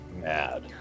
mad